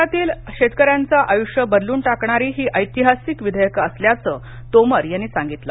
देशातील शेतकऱ्यांचं आयुष्य बदलून टाकणारी ही ऐतिहासिक विधेयकं असल्याचं तोमर यांनी सांगितलं